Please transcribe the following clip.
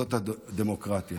מיסודות הדמוקרטיה,